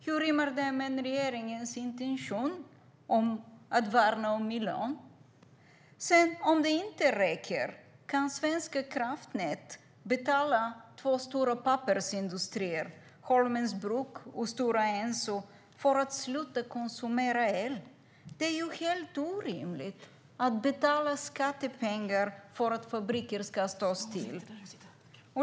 Hur rimmar det med regeringens intention att värna om miljön? Om det inte räcker kan Svenska kraftnät betala två stora pappersindustrier, Holmens bruk och Stora Enso, för att de ska sluta konsumera el. Det är helt orimligt att betala skattepengar för att fabriker ska stå still!